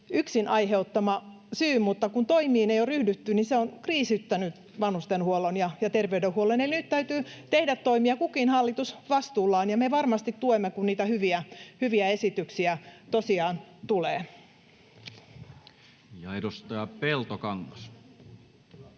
yksin aiheuttama syy, mutta kun toimiin ei ole ryhdytty, niin se on kriisiyttänyt vanhustenhuollon ja terveydenhuollon. Nyt täytyy tehdä toimia — kukin hallitus vastuullaan — ja me varmasti tuemme, kun niitä hyviä esityksiä tosiaan tulee. [Speech 82]